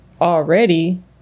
already